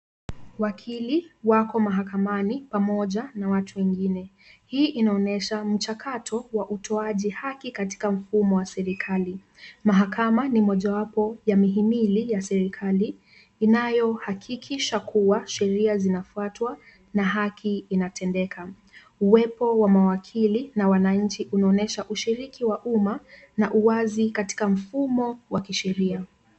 Wakili wako mahakamani pamoja na watu wengine, hii inaonyesha mchakato wa utoaji haki katika mfumo wa serikali. Mahakama ni mojawapo ya mihimili ya serikali inayohakikisha kuwa sheria zinafuatwa na haki inatendeka. Uwepo wa mawakili na wananchi unaonyesha ushiriki wa umma na uwazi katika mfumo wa kisheria.